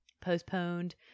postponed